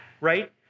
right